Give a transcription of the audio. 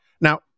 Now